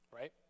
right